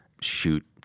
shoot